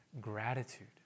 gratitude